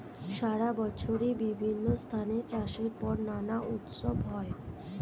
সারা বছরই বিভিন্ন স্থানে চাষের পর নানা উৎসব থাকে